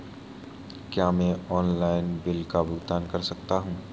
क्या मैं online bill का भुगतान कर सकता हूँ?